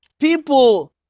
People